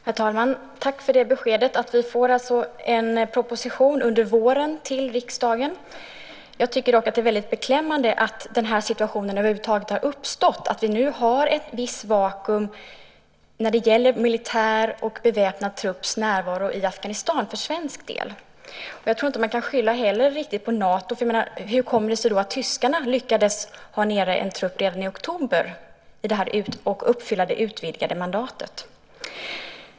Herr talman! Tack för det beskedet! Vi får alltså en proposition under våren till riksdagen. Jag tycker dock att det är väldigt beklämmande att den här situationen över huvud taget har uppstått, att vi nu har ett visst vakuum när det gäller militär och beväpnad trupps närvaro i Afghanistan för svensk del. Jag tror inte att man heller kan skylla på Nato. Hur kommer det sig då att tyskarna lyckades ha en trupp nere redan i oktober och uppfylla det utvidgade mandatet?